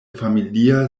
familia